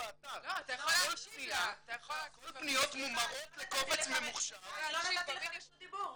באתר כל הפניות מומרות לקובץ ממוחשב -- לא נתתי לך רשות דיבור,